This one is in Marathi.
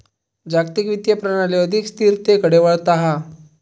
जागतिक वित्तीय प्रणाली अधिक स्थिरतेकडे वळता हा